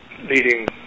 leading